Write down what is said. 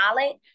solid